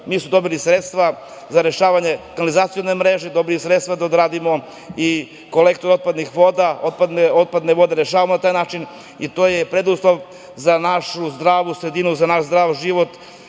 mi smo dobili sredstva za rešavanje kanalizacione mreže, dobili sredstva da odradimo i kolektor otpadnih voda. Otpadne vode rešavamo na taj način i to je preduslov za našu zdravu sredinu, za naš zdrav život.